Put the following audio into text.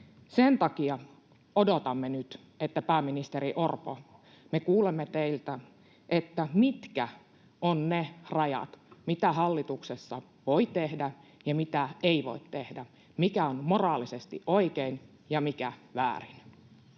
Sen takia odotamme nyt, pääministeri Orpo, että kuulemme teiltä, mitkä ovat ne rajat, mitä hallituksessa voi tehdä ja mitä ei voi tehdä — mikä on moraalisesti oikein ja mikä väärin.